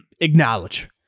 acknowledge